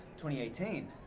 2018